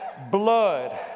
blood